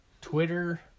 twitter